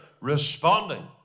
responding